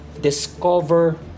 discover